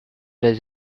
does